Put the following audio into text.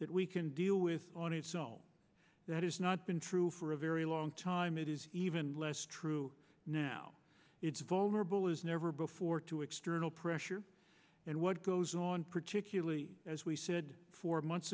that we can deal with on it so that has not been true for a very long time it is even less true now it's vulnerable as never before to external pressure and what goes on particularly as we said four months